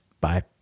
bye